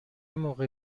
موقع